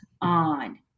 on